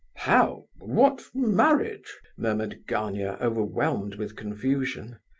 how what marriage? murmured gania, overwhelmed with confusion.